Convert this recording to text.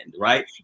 right